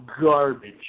garbage